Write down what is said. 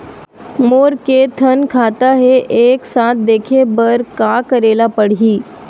मोर के थन खाता हे एक साथ देखे बार का करेला पढ़ही?